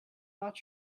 not